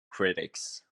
critics